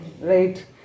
right